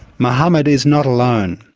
mohammed is not alone.